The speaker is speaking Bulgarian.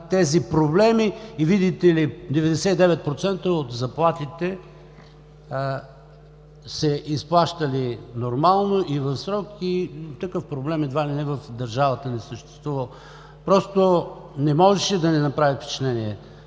тези проблеми и видите ли 99% от заплатите се изплащали нормално и в срок, и такъв проблем едва ли не в държавата не съществува. Просто не можеше да не направи впечатление